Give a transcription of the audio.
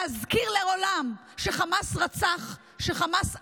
להזכיר לעולם שחמאס רצח, שחמאס אנס,